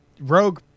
rogue